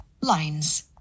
Lines